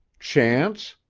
chance?